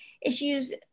issues